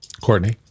Courtney